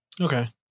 okay